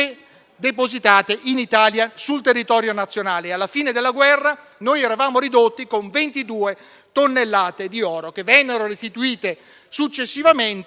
depositate in Italia, sul territorio nazionale. Alla fine della guerra eravamo rimasti con 22 tonnellate di oro che vennero restituite successivamente